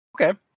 Okay